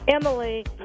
Emily